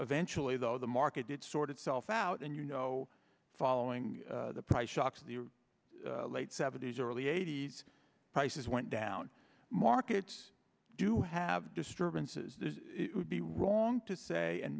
eventually though the market did sort itself out and you know following the price shocks of the late seventy's early eighty's prices went down markets do have disturbances would be wrong to say and